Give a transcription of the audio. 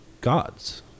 gods